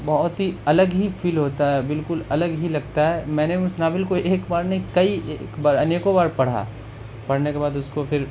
بہت ہی الگ ہی فیل ہوتا ہے بالکل الگ ہی لگتا ہے میں نے بھی اس ناول کو ایک بار نہیں کئی ایک بار انیکوں بار پڑھا پڑھنے کے بعد اس کو پھر